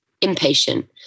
impatient